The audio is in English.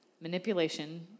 manipulation